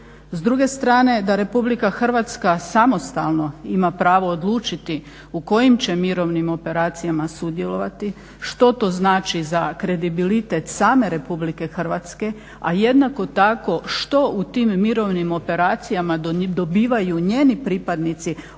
S druge strane da RH samostalno ima pravo odlučiti u kojim će mirovnim operacijama sudjelovati, što to znači za kredibilitet same RH, a jednako tako što u tim mirovnim operacijama dobivaju njeni pripadnici